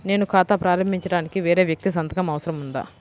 నేను ఖాతా ప్రారంభించటానికి వేరే వ్యక్తి సంతకం అవసరం ఉందా?